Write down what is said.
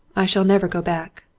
i shall never go back.